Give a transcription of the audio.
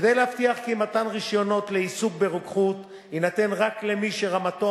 כדי להבטיח כי מתן רשיון לעיסוק ברוקחות יינתן רק למי שרמתו